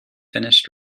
finished